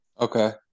okay